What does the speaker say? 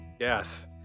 Yes